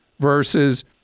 versus